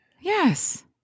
Yes